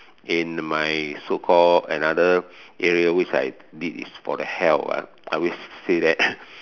in my so called another area which I did is for the health ah I always say that